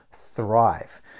thrive